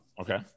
okay